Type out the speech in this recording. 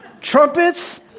Trumpets